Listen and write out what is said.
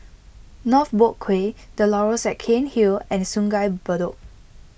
North Boat Quay the Laurels at Cairnhill and Sungei Bedok